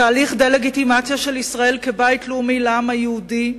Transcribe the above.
תהליך דה-לגיטימציה של ישראל כבית לאומי לעם היהודי,